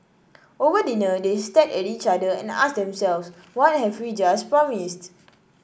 over dinner they stared at each other and asked themselves what have we just promised